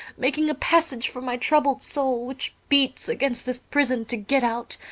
making a passage for my troubled soul, which beats against this prison to get out,